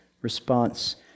response